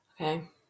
okay